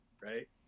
right